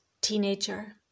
teenager